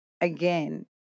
again